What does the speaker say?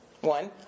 one